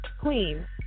Queen